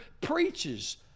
preaches